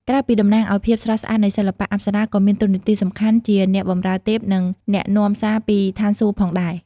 ក្រៅពីតំណាងឲ្យភាពស្រស់ស្អាតនៃសិល្បៈ អប្សរាក៏មានតួនាទីសំខាន់ជា អ្នកបម្រើទេព និង អ្នកនាំសារពីស្ថានសួគ៌ ផងដែរ។